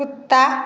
कुत्ता